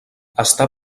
està